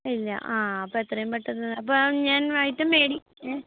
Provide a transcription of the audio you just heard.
ഇല്ല ആ അപ്പം എത്രയും പെട്ടെന്ന് അപ്പോൾ ഞാൻ ഐറ്റം ഏ